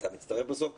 אתה מצטרף בסוף?